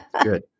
Good